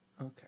Okay